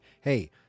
hey